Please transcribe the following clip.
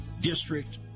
district